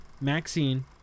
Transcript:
Maxine